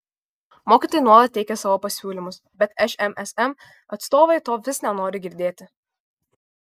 mokytojai nuolat teikia savo pasiūlymus bet šmsm atstovai to visai nenori girdėti